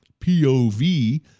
POV